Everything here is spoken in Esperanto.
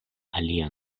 alia